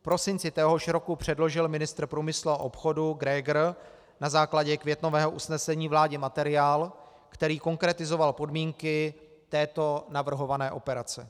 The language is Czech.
V prosinci téhož roku předložil ministr průmyslu a obchodu Grégr na základě květnového usnesení vládě materiál, který konkretizoval podmínky této navrhované operace.